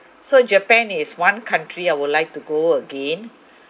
so japan is one country I would like to go again